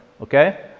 okay